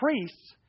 priests